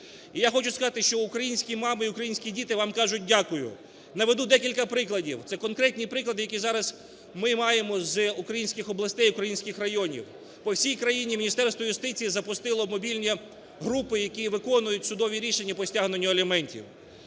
І я хочу сказати, що українські мами і українські діти вам кажуть "дякую". Наведу декілька прикладів. Це конкретні приклади, які зараз ми маємо з українських областей, українських районів. По всій країні Міністерство юстиції запустило мобільні групи, які виконують судові рішення по стягненню аліментів.